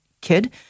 kid